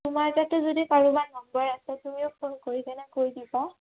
তোমাৰ তাতে যদি কাৰোবাৰ নম্বৰ আছে তুমিও ফোন কৰিকেনে কৈ দিবা